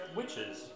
witches